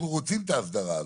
אנחנו רוצים את ההסדרה הזאת,